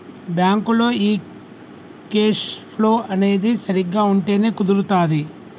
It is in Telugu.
బ్యాంకులో ఈ కేష్ ఫ్లో అనేది సరిగ్గా ఉంటేనే కుదురుతాది